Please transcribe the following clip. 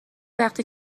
وقتی